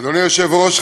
אדוני היושב-ראש,